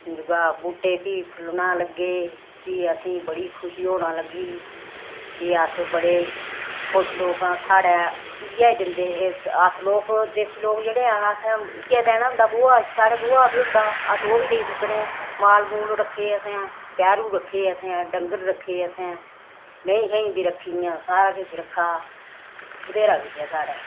दूआ बूह्टे फ्ही फुलना लग्गे फ्ही असेंई बड़ी खुशी होना लग्गी कि अस बड़े खुश लोक आं साढ़ै इ'यै दिंदे हे अस लोक देसी लोक जेह्ड़े हैन इ'यै देना होंदा गोहा साढ़ै गोहा बी होंदा अस ओह् बी देई सकने माल मूल रक्खे दे असें पैरुं रक्खे असें डंगर रक्खे असें मेहीं छेहीं बी रक्खी दियां सारा किश रक्खा बथ्हेरा किश ऐ साढ़ै